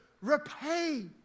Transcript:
repay